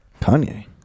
Kanye